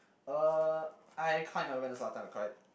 uh I can't remember the last time I cried